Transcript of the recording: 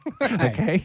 Okay